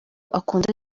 akunda